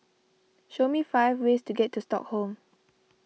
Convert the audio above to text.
show me five ways to get to Stockholm